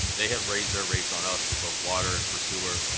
they have raised their rates on us for both water and for sewer,